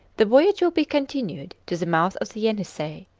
the voyage will be continued to the mouth of the yenisei,